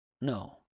No